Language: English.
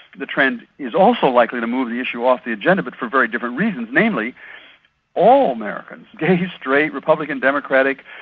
the trend is also likely to move the issue off the agenda, but for very different reasons, namely all americans gay, straight, republican, democratic,